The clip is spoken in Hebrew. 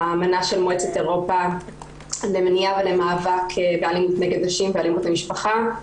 האמנה של מועצת אירופה למניעה ולמאבק באלימות נגד נשים ואלימות במשפחה.